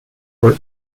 for